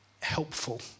helpful